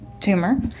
tumor